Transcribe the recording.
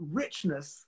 richness